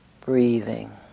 breathing